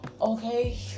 okay